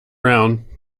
round